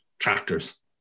Tractors